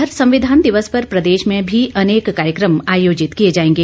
इधर संविधान दिवस पर प्रदेश में भी अनेक कार्यक्रम आयोजित किये जाएंगे